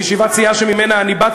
בישיבת סיעה שממנה אני בא,